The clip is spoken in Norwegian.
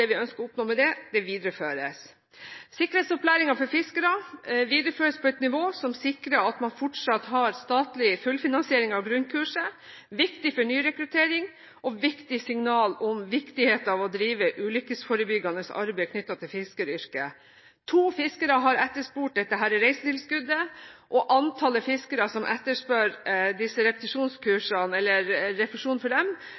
vi ønsker å oppnå med det, videreføres. Sikkerhetsopplæringen for fiskere videreføres på et nivå som sikrer at man fortsatt har statlig fullfinansiering av grunnkurset – viktig for nyrekruttering og et viktig signal om viktigheten av å drive ulykkesforebyggende arbeid knyttet til fiskeryrket. To fiskere har etterspurt dette reisetilskuddet, og antallet fiskere som etterspør refusjon for disse